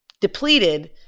depleted